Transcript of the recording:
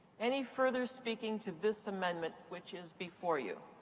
any further speaking to this amendment which is before you?